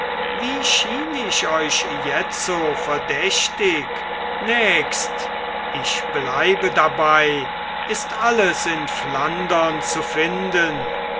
wie schien ich euch jetzo verdächtig nächst ich bleibe dabei ist alles in flandern zu finden